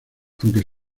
aunque